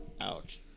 Ouch